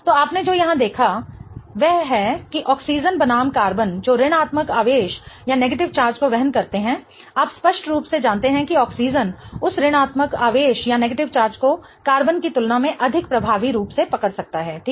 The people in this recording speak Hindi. तो आपने जो यहां देखा है वह है कि ऑक्सीजन बनाम कार्बन जो ऋणात्मक आवेश को वहन करते हैं आप स्पष्ट रूप से जानते हैं कि ऑक्सीजन उस ऋणात्मक आवेश को कार्बन की तुलना में अधिक प्रभावी रूप से पकड़ सकता है ठीक